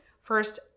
first